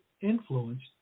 influenced